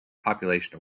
population